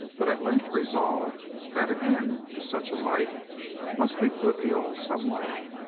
but at length resolved that an end to such a life must be put ill some way.